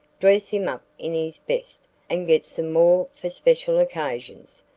dress him up in his best and get some more for special occasions.